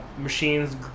machines